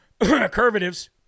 curvatives